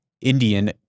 Indian